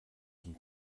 zum